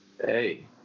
Hey